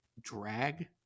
drag